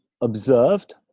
observed